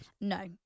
No